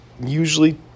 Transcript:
usually